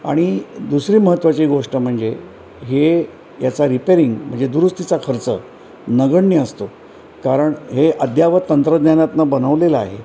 आणि दुसरी महत्त्वाची गोष्ट म्हणजे हे याचा रिपेरिंग म्हणजे दुरुस्तीचा खर्च नगण्य असतो कारण हे अद्यावत तंत्रज्ञानातनं बनवलेलं आहे